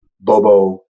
Bobo